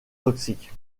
toxique